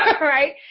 right